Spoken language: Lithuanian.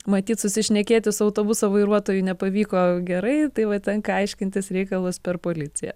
matyt susišnekėti su autobuso vairuotojui nepavyko gerai tai va tenka aiškintis reikalus per policiją